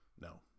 no